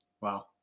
Wow